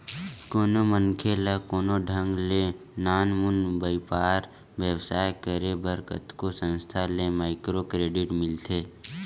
कोनो मनखे ल कोनो ढंग ले नानमुन बइपार बेवसाय करे बर कतको संस्था ले माइक्रो क्रेडिट मिलथे